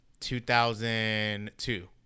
2002